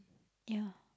ya